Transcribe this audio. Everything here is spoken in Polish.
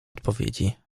odpowiedzi